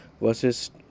versus